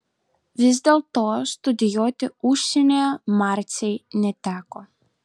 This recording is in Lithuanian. vis dėlto studijuoti užsienyje marcei neteko